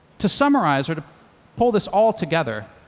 to summarize or to pull this all together,